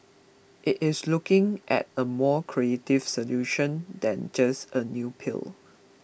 it is looking at a more creative solution than just a new pill